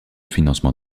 financement